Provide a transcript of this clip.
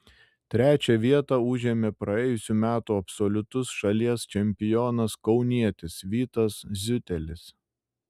trečią vietą užėmė praėjusių metų absoliutus šalies čempionas kaunietis vytas ziutelis